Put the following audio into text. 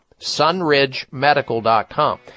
sunridgemedical.com